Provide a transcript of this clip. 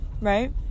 right